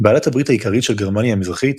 בעלת הברית העיקרית של גרמניה המזרחית